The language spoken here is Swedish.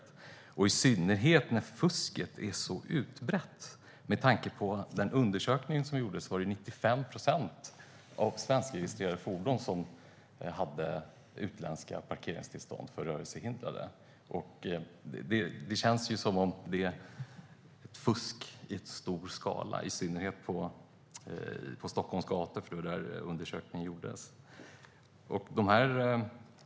Det gäller i synnerhet när fusket är så utbrett. I den undersökning som gjordes var det 95 procent svenskregistrerade fordon som hade utländska parkeringstillstånd för rörelsehindrade. Det känns som att det är ett fusk i stor skala i synnerhet på Stockholms gator, för det var där undersökningen gjordes.